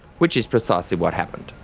which is precisely what happened.